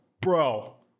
bro